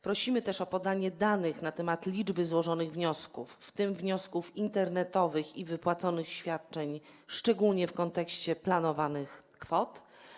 Prosimy też o podanie danych na temat liczby złożonych wniosków, w tym wniosków internetowych, i wypłaconych świadczeń, szczególnie w kontekście planowanych kwot.